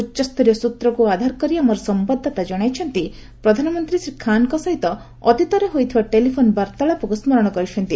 ଉଚ୍ଚସରୀୟ ସ୍ୱତ୍ରକୁ ଆଧାର କରି ଆମର ସମ୍ଭାଦଦାତା ଜଣାଇଛନ୍ତି ପ୍ରଧାନମନ୍ତ୍ରୀ ଶ୍ରୀ ଖାନଙ୍କ ସହିତ ଅତୀତରେ ହୋଇଥିବା ଟେଲିଫୋନ ବାର୍ଭାଳାପକୁ ସ୍କରଣ କରିଛନ୍ତି